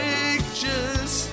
Pictures